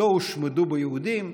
לא הושמדו בו יהודים.